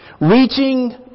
Reaching